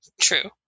True